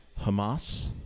Hamas